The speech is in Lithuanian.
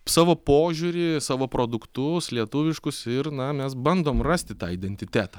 savo požiūrį savo produktus lietuviškus ir na mes bandom rasti tą identitetą